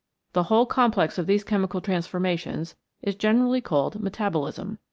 the whole complex of these chemical transforma tions is generally called metabolism.